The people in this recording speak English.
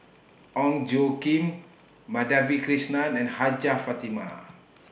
Ong Tjoe Kim Madhavi Krishnan and Hajjah Fatimah